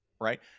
Right